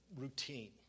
routine